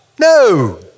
no